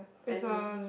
and